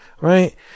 right